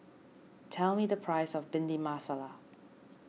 tell me the price of Bhindi Masala